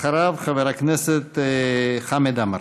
אחריו, חבר הכנסת חמד עמאר.